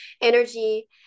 energy